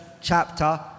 chapter